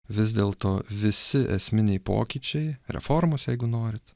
vis dėl to visi esminiai pokyčiai reformos jeigu norit